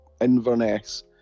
Inverness